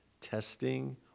testing